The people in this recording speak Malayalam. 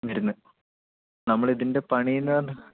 ഇരുന്ന് നമ്മൾ ഇതിൻ്റെ പണിയെന്ന് പറഞ്ഞാൽ